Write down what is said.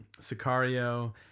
Sicario